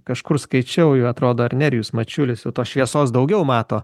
kažkur skaičiau jau atrodoar nerijus mačiulisjau tos šviesos daugiau mato